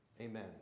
Amen